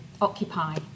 occupy